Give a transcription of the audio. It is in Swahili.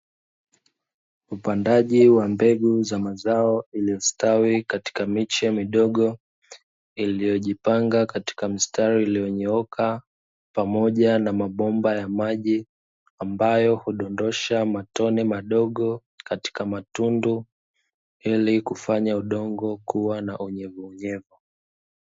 upandaji wa mbegu za mazao iliyostawi katika miche midogo iliyojipanga katika mistari iliyonyooka, pamoja na mabomba ya maji ambayo hudondosha matone madogo katika matundu, ili kufanya udongo kuwa na unyevuunyevu .